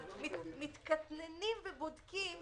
מתקטננים ובודקים